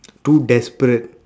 too desperate